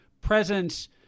presence